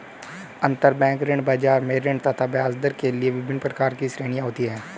अंतरबैंक ऋण बाजार में ऋण तथा ब्याजदर के लिए विभिन्न प्रकार की श्रेणियां होती है